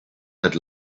that